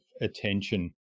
attention